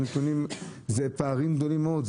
אלה פערים גדולים מאוד,